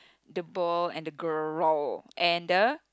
the ball and the girl roar and the